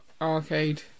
ARCADE